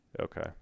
Okay